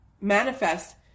manifest